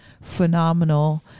phenomenal